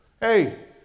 Hey